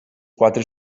quatre